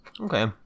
Okay